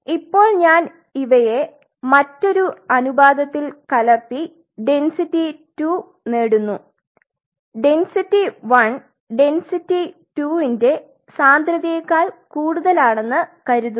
ഇപ്പോൾ ഞാൻ ഇവയെ മറ്റൊരു അനുപാതത്തിൽ കലർത്തി ഡെന്സിറ്റി 2 നേടുന്നു ഡെന്സിറ്റി 1 ഡെന്സിറ്റി 2 ന്റെ സാന്ദ്രതയേക്കാൾ കൂടുതലാണെന്ന് കരുതുന്നു